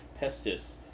pestis